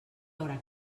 haurà